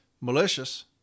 malicious